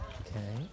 okay